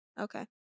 Okay